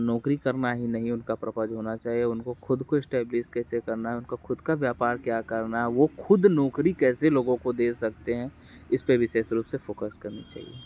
नौकरी करना ही नहीं उनका पर्पज़ होना चाहिए उनको ख़ुद को स्टैब्लिस कैसे करना है उनका ख़ुद का व्यापार क्या करना है वह ख़ुद नौकरी कैसे लोगों को दे सकते हैं इस पर विशेष रूप से फोकस करनी चाहिए